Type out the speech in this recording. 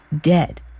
dead